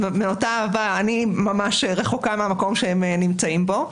מאותה אהבה, אני ממש רחוקה מהמקום שהם נמצאים בו.